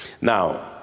Now